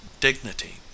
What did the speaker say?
dignity